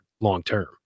long-term